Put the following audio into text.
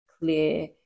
clear